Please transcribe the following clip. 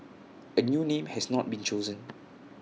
A new name has not been chosen